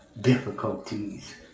difficulties